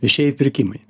viešieji pirkimai